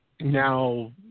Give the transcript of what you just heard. now